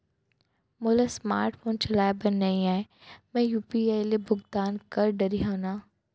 मोला smart phone चलाए नई आए मैं यू.पी.आई ले भुगतान कर डरिहंव न?